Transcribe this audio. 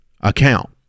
account